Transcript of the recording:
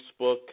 Facebook